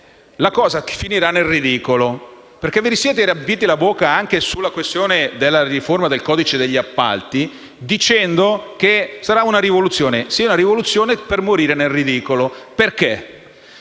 la cosa finirà nel ridicolo. Vi siete riempiti la bocca anche sulla questione della riforma del codice degli appalti, dicendo che sarà una rivoluzione. Sì, una rivoluzione per morire nel ridicolo, perché